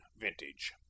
vintage